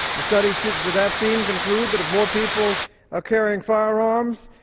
the studies that that i have seen conclude that if more people are carrying firearms,